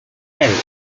allies